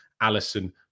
allison